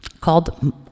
Called